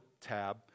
tab